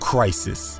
Crisis